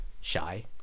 shy